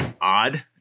odd